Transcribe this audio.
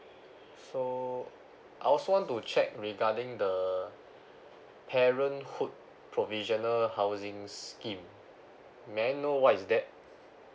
so I also want to check regarding the parenthood provisional housings scheme may I know what is that